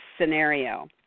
scenario